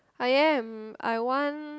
I am I want